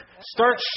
Start